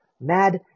MAD